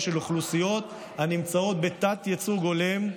של אוכלוסיות הנמצאות בתת-ייצוג הולם,